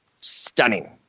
stunning